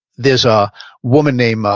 there's a woman named,